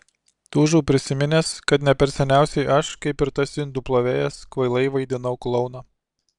tūžau prisiminęs kad ne per seniausiai aš kaip ir tas indų plovėjas kvailai vaidinau klouną